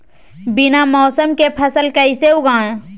बिना मौसम के फसल कैसे उगाएं?